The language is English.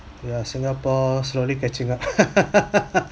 ya singapore slowly catching up